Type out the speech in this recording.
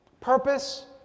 purpose